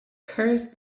curse